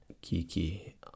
Kiki